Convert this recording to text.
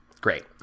Great